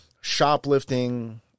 shoplifting